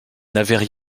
n’avaient